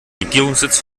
regierungssitz